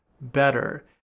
better